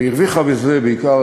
והרוויחה בזה בעיקר,